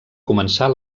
començar